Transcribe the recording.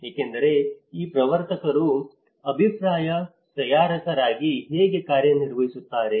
ಏಕೆಂದರೆ ಈ ಪ್ರವರ್ತಕರು ಅಭಿಪ್ರಾಯ ತಯಾರಕರಾಗಿ ಹೇಗೆ ಕಾರ್ಯನಿರ್ವಹಿಸುತ್ತಾರೆ